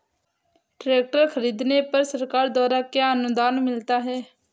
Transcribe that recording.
Tractor खरीदने पर सरकार द्वारा क्या अनुदान मिलता है?